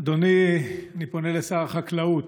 אדוני, אני פונה לשר החקלאות,